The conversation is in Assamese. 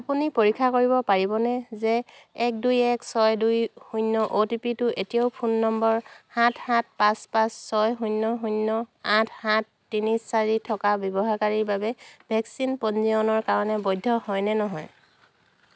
আপুনি পৰীক্ষা কৰিব পাৰিবনে যে এক দুই এক ছয় দুই শূন্য অ' টি পিটো এতিয়াও ফোন নম্বৰ সাত সাত পাঁচ পাঁচ ছয় শূন্য শূন্য আঠ সাত তিনি চাৰি থকা ব্যৱহাৰকাৰীৰ বাবে ভেকচিন পঞ্জীয়নৰ কাৰণে বৈধ হয় নে নহয়